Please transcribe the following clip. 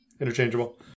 interchangeable